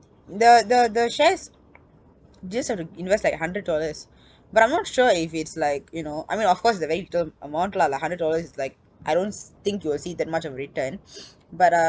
the the the shares just have to invest like hundred dollars but I'm not sure if it's like you know I mean of course they are very little amount lah like hundred dollars is like I don't s~ think you will see that much of return but uh